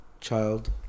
Child